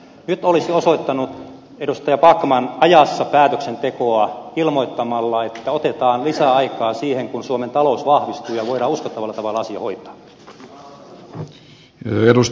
nyt olisi osoittanut edustaja backman ajassa päätöksentekoa se kun olisi ilmoitettu että otetaan lisäaikaa siihen kunnes suomen talous vahvistuu ja voidaan uskottavalla tavalla asia hoitaa